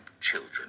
children